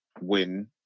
win